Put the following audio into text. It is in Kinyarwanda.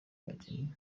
abageni